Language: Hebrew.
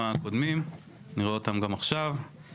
חשוב